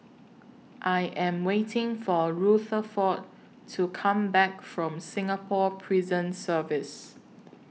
I Am waiting For Rutherford to Come Back from Singapore Prison Service